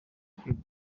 kwiga